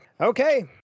Okay